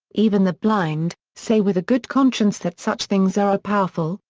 even the blind, say with a good conscience that such things are a powerful,